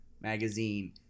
Magazine